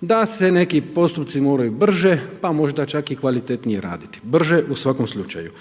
da se neki postupci moraju brže, pa možda čak i kvalitetnije raditi. Brže u svakom slučaju.